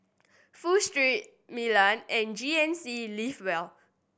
Pho Street Milan and G N C Live well